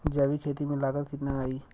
जैविक खेती में लागत कितना आई?